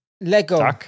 Lego